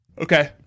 Okay